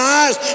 eyes